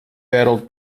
battled